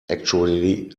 actually